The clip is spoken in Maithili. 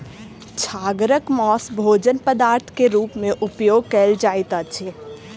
छागरक मौस भोजन पदार्थ के रूप में उपयोग कयल जाइत अछि